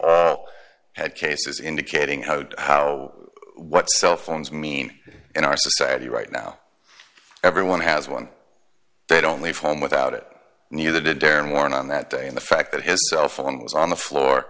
have had cases indicating how how what cell phones mean in our society right now everyone has one they don't leave home without it neither did aaron warren on that day and the fact that his cell phone was on the floor